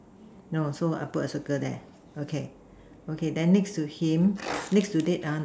no so I put a circle there okay okay then next to him next to it ah